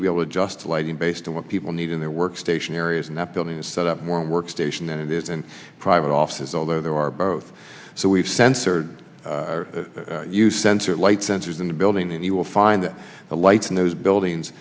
to be able to just lighting based on what people need in their workstation areas and that building is set up more workstation than it is in private offices although there are both so we've censored you sense of light sensors in the building and you will find that the lights in those buildings